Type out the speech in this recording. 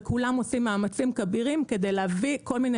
וכולם עושים מאמצים כבירים כדי להביא כל מיני